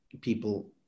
people